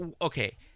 okay